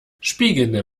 spiegelnde